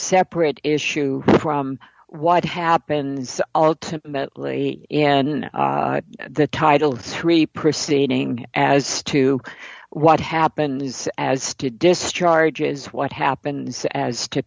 separate issue from what happens ultimately in the title three proceeding as to what happens as to discharge is what happened as to